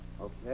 Okay